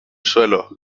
suelo